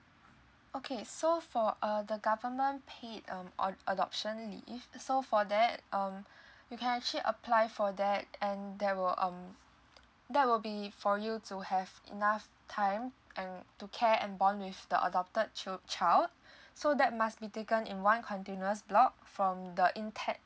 okay so for err the government paid um a~ adoption leave so for that um you can actually apply for that and that will um that will be for you to have enough time and to care and bond with the adopted children child so that must be taken in one continuous block from the intend